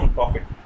profit